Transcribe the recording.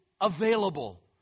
available